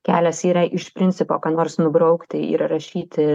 kelias yra iš principo ką nors nubraukti ir rašyti